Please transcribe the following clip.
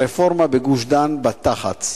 הרפורמה בגוש-דן, בתח"צ.